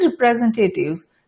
representatives